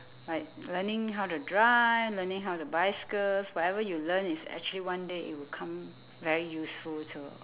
like learning how to drive learning how to bicycles whatever you learn is actually one day it will come very useful to